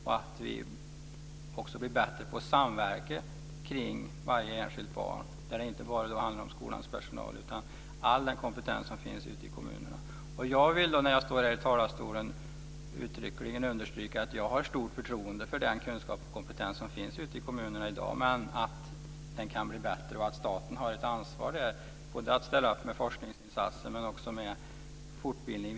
Vi måste också bli bättre på att samverka kring varje enskilt barn, och då handlar det inte bara om skolans personal utan om all den kompetens som finns ute i kommunerna. När jag står här i talarstolen vill jag uttryckligen understryka att jag har stort förtroende för den kunskap och kompetens som finns ute i kommunerna i dag. Men den kan bli bättre. Staten har ett ansvar att ställa upp med forskningsinsatser och vidareutbildning.